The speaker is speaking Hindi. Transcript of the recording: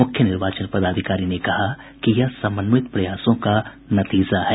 मुख्य निर्वाचन पदाधिकारी ने कहा कि यह समन्वित प्रयासों का नतीजा है